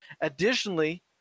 Additionally